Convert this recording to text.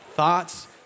Thoughts